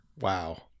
Wow